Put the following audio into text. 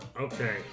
Okay